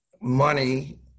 money